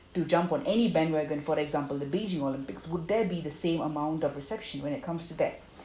to jump on any bandwagon for example the beijing olympics would there be the same amount of reception when it comes to that